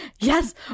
Yes